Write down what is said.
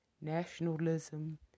nationalism